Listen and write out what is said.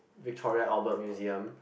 Victoria Albert Museum